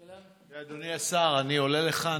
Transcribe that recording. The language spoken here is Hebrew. שאלה נוספת.